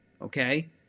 okay